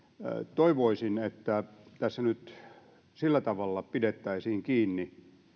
toivoisin että tässä nyt pidettäisiin kiinni